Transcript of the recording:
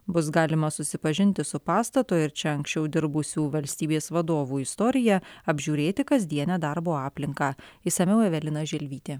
bus galima susipažinti su pastato ir čia anksčiau dirbusių valstybės vadovų istorija apžiūrėti kasdienę darbo aplinką išsamiau evelina želvytė